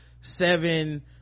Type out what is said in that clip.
seven